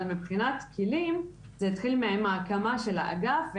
אבל מבחינת כלים זה התחיל מההקמה של האגף,